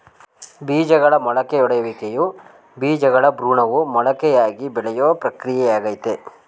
ಬೀಜಗಳ ಮೊಳಕೆಯೊಡೆಯುವಿಕೆಯು ಬೀಜಗಳ ಭ್ರೂಣವು ಮೊಳಕೆಯಾಗಿ ಬೆಳೆಯೋ ಪ್ರಕ್ರಿಯೆಯಾಗಯ್ತೆ